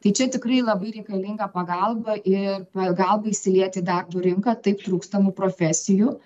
tai čia tikrai labai reikalinga pagalba ir pagalba įsiliet į darbo rinką taip trūkstamų profesijų